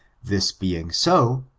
this being so,